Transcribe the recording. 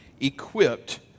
equipped